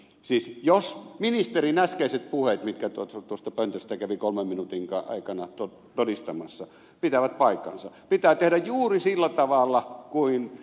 siis jos ministerin äskeiset puheet jotka hän tuosta pöntöstä kävi kolmen minuutin aikana todistamassa pitävät paikkansa pitää tehdä juuri sillä tavalla kuin ed